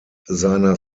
seiner